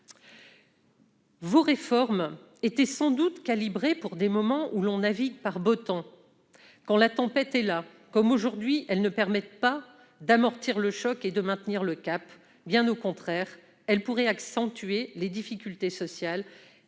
Vos réformes étaient sans doute calibrées pour des moments où l'on navigue par beau temps. Quand la tempête est là, comme aujourd'hui, elles ne permettent pas d'amortir le choc et de maintenir le cap. Bien au contraire, elles pourraient accentuer les difficultés sociales